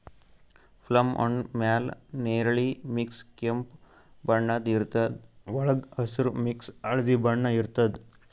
plum ಹಣ್ಣ್ ಮ್ಯಾಲ್ ನೆರಳಿ ಮಿಕ್ಸ್ ಕೆಂಪ್ ಬಣ್ಣದ್ ಇರ್ತದ್ ವಳ್ಗ್ ಹಸ್ರ್ ಮಿಕ್ಸ್ ಹಳ್ದಿ ಬಣ್ಣ ಇರ್ತದ್